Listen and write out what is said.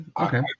okay